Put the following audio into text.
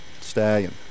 stallion